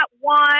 one